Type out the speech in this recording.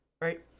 right